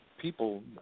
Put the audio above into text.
people